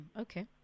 okay